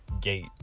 gate